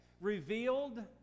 revealed